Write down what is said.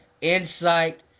insight